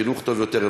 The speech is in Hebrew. חינוך טוב יותר,